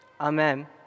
Amen